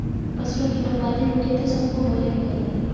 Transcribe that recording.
फसलों की बर्बादी रुके तो सबको भोजन मिलेगा